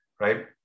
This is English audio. Right